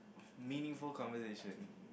meaningful conversation